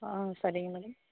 ஆ சரிங்க மேடம்